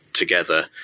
together